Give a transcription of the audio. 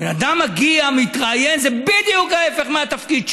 בן אדם מגיע, מתראיין, זה בדיוק ההפך מהתפקיד שלו.